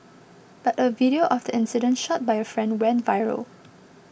but a video of the incident shot by a friend went viral